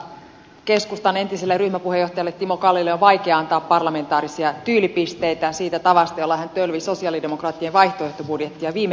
keskustan entiselle ryhmäpuheenjohtajalle timo kallille on vaikea antaa parlamentaarisia tyylipisteitä siitä tavasta jolla hän tölvi sosialidemokraattien vaihtoehtobudjettia viime vaalikaudelta